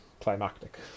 climactic